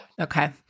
Okay